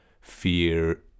fear